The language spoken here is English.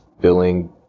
billing